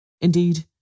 Indeed